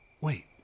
Wait